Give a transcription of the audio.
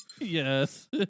yes